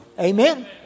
Amen